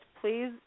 please